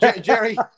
Jerry